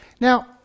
Now